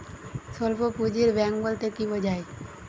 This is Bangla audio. স্বল্প পুঁজির ব্যাঙ্ক বলতে কি বোঝায়?